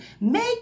Make